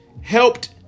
helped